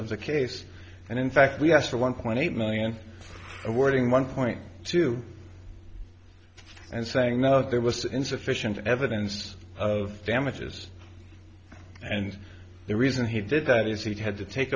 of the case and in fact we asked for one point eight million awarding one point two and saying no there was insufficient evidence of damages and the reason he did that is he had to take